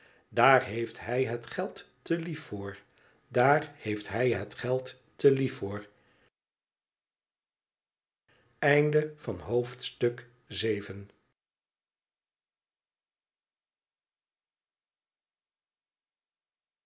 daar heeft hij het geld te lief voor daar heeft hij het geld te lief voor